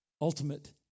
ultimate